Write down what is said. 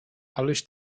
aleś